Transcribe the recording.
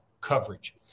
coverage